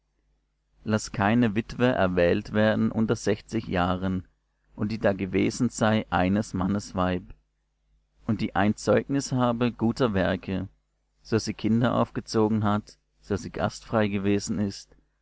laß keine witwe erwählt werden unter sechzig jahren und die da gewesen sei eines mannes weib und die ein zeugnis habe guter werke so sie kinder aufgezogen hat so sie gastfrei gewesen ist